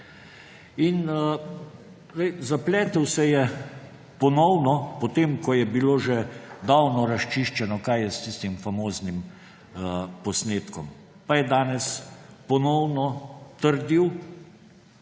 Zapletel se je ponovno, potem ko je bilo že davno razčiščeno, kaj je s tistim famoznim posnetkom, pa je danes ponovno trdil,